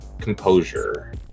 Composure